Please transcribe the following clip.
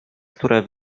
które